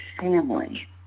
family